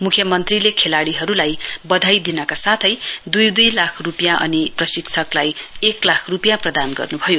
मुख्यमन्त्रीले खेलाडीहरूलाई बधाई दिनका साथै दुई दुई लाख रुपियाँ अनि प्रशिकलाई एक लाख रुपियाँ प्रधान गर्नुभयो